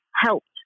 helped